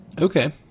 Okay